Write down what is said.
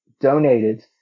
donated